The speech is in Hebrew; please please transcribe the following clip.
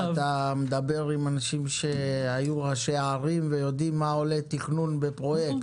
אתה מדבר עם אנשים שהיו ראשי ערים ויודעים כמה עולה תכנון בפרויקט.